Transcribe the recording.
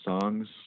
songs